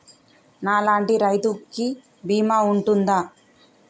నా లాంటి రైతు కి బీమా ఉంటుందా?